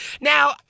Now